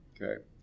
Okay